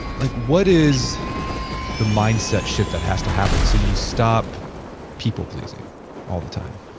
like what is the mindset shift that has to happen so you stop people pleasing all the time?